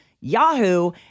Yahoo